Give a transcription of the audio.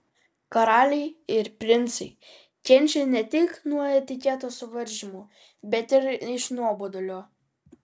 karaliai ir princai kenčia ne tik nuo etiketo suvaržymų bet ir iš nuobodulio